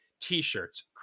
t-shirts